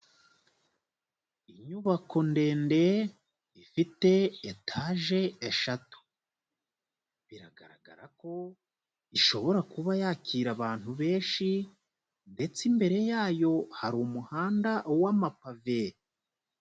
Inyubako ndende ifite etaje eshatu, biragaragara ko ishobora kuba yakira abantu benshi ndetse imbere yayo hari umuhanda w'amapave.